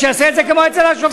שיעשה את זה כמו אצל השופטים.